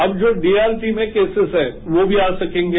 अब जो डीआरपी में करोज हैं वो भी आ सकेंगे